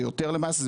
זה יותר למעשה,